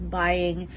buying